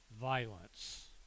violence